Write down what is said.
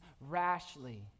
rashly